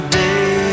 day